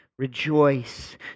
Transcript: Rejoice